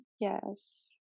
yes